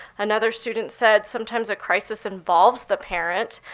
another student said sometimes a crisis involves the parent.